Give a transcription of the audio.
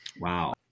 Wow